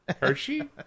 Hershey